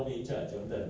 the guy the guy